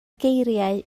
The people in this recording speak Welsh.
geiriau